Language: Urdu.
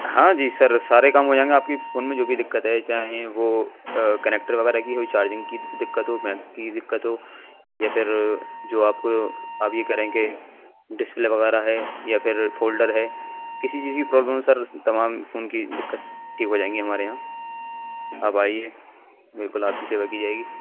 ہاں جی سر سارے کام ہو جائیں گے آپ کی فون میں جو بھی دقت ہے چاہے وہ کنیکٹر وغیرہ کی کوئی چارجنگ کی دقت ہو مین کی دقت ہو یا پھر جو آپ کو ابھی کریں گے ڈسپلے وغیرہ ہے یا پھر فولڈر ہے کسی چیز کی پرابلم ہو سر تمام فون کی دقت ٹھیک ہو جائیں گی ہمارے یہاں آپ آئیے بالکل آپ کی سیوا کی جائے گی